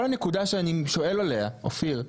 כל הנקודה שאני שואל עליה אופיר,